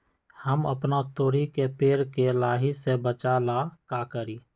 हम अपना तोरी के पेड़ के लाही से बचाव ला का करी?